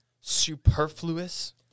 superfluous